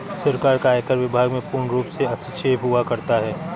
सरकार का आयकर विभाग में पूर्णरूप से हस्तक्षेप हुआ करता है